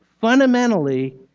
fundamentally